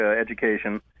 education